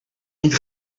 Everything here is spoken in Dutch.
niet